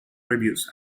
reviews